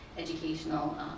Educational